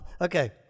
Okay